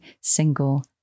single